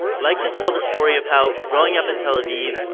liked to tell the story of how, growing up in tel aviv,